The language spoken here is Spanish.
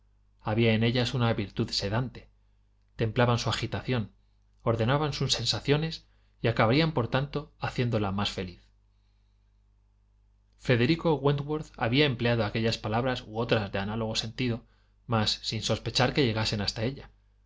había en ellas una virtud sedante templaban su agitación ordenaban sus sensaciones y acabarían por tanto haciéndola más feliz federico wentworth había empleado aquellas palabras u otras de análogo sentido mas sin sospechar que llegasen hasta ella